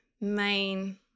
main